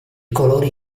colori